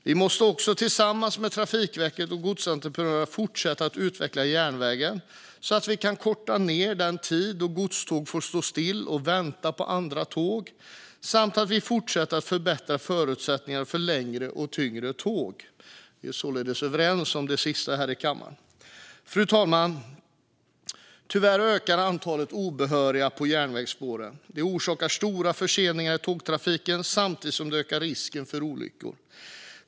Vi måste också tillsammans med Trafikverket och godsentreprenörerna fortsätta att utveckla järnvägen så att vi kan korta ned den tid då godståg får stå stilla och vänta på andra tåg samt fortsätta att förbättra förutsättningarna för längre och tyngre tåg. Det sista är vi således överens om här i kammaren. Fru talman! Tyvärr ökar antalet obehöriga på järnvägsspåren. Det orsakar stora förseningar i tågtrafiken samtidigt som det ökar risken för olyckor.